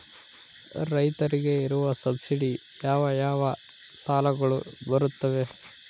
ರೈತರಿಗೆ ಇರುವ ಸಬ್ಸಿಡಿ ಯಾವ ಯಾವ ಸಾಲಗಳು ಬರುತ್ತವೆ?